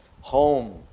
Home